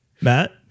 Matt